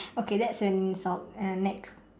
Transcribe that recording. okay that's an insult uh next